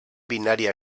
binària